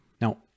Now